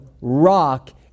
rock